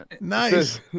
nice